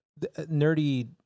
nerdy